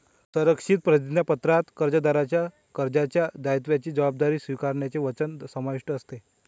संरक्षित प्रतिज्ञापत्रात कर्जदाराच्या कर्जाच्या दायित्वाची जबाबदारी स्वीकारण्याचे वचन समाविष्ट असते